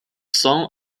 son